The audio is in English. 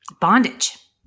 bondage